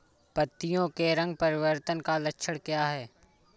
पत्तियों के रंग परिवर्तन का लक्षण क्या है?